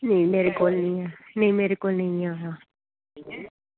नेईं मेरे कोल निं ऐ नेईं मेर कोल निं ऐ हा